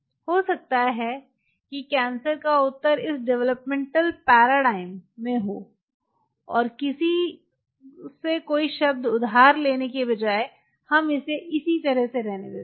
हो सकता है कि कैंसर का उत्तर इस डेवलपमेंटल पैराडाइम में हो और किसी से कोई शब्द उधार लेने के बजाय हम इसे इस तरह से रहने देते हैं